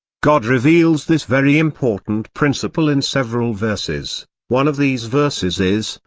god reveals this very important principle in several verses one of these verses is,